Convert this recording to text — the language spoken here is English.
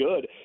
good